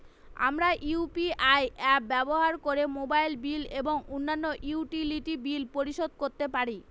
আমরা UPI apps ব্যবহার করে মোবাইল বিল এবং অন্যান্য ইউটিলিটি বিল পরিশোধ করতে পারি